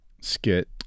skit